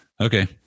Okay